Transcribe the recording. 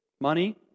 Money